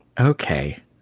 okay